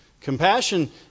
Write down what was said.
Compassion